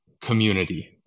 community